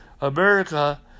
America